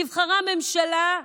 נבחרה ממשלה,